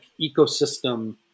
ecosystem